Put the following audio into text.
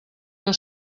que